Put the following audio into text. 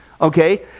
Okay